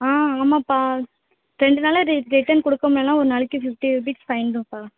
ஆ ஆமாம்ப்பா ரெண்டு நாளில் ரி ரிட்டன் கொடுக்க முடியலன்னா ஒரு நாளைக்கு ஃபிஃப்ட்டி ருப்பீஸ் ஃபைனுப்பா